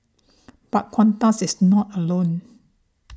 but Qantas is not alone